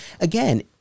again